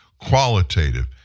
qualitative